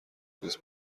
پوست